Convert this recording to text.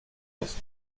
ist